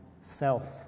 self